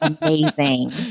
amazing